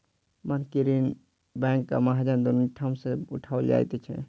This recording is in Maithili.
बन्हकी ऋण बैंक आ महाजन दुनू ठाम सॅ उठाओल जाइत छै